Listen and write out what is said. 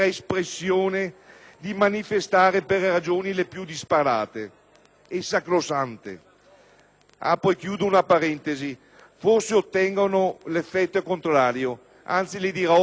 e sacrosante (forse ottengono l'effetto contrario, anzi le dirò che i parafarmacisti di oggi avranno da me una minore considerazione),